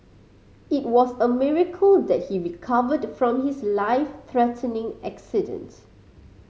it was a miracle that he recovered from his life threatening accident